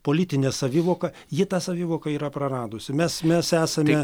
politinę savivoką ji tą savivoką yra praradusi mes mes esame